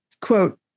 quote